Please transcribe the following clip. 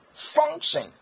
function